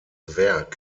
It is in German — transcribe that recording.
werk